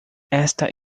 esta